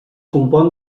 compon